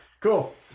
Cool